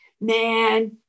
man